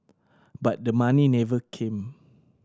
but the money never came